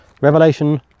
Revelation